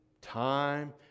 time